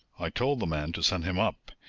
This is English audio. i told the man to send him up,